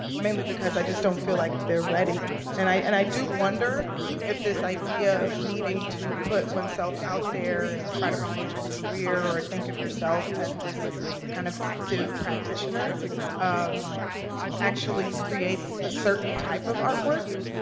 mainly because i just don't feel like they're ready. and i and i do wonder if this idea of needing to put oneself out there and try to promote your career or think of yourself as this kind of active practitioner um actually creates a certain type of artwork.